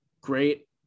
great